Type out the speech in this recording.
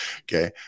Okay